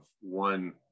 one